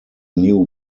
new